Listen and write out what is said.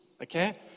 okay